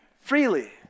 Freely